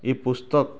ଏ ପୁସ୍ତକ